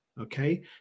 okay